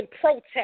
protest